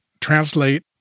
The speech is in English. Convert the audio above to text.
translate